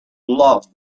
love